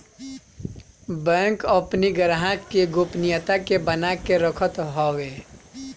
bank अपनी ग्राहक के गोपनीयता के बना के रखत हवे